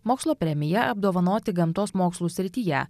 mokslo premija apdovanoti gamtos mokslų srityje